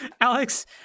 alex